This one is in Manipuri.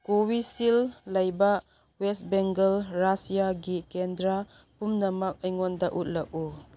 ꯀꯣꯕꯤꯁꯤꯜ ꯂꯩꯕ ꯋꯦꯁ ꯕꯦꯡꯒꯜ ꯇꯥꯏꯖ꯭ꯌꯥꯒꯤ ꯀꯦꯟꯗ꯭ꯔꯥ ꯄꯨꯝꯅꯃꯛ ꯑꯩꯉꯣꯟꯗ ꯎꯠꯂꯛꯎ